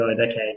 okay